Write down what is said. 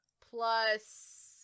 Plus